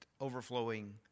overflowing